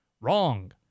Wrong